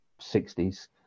60s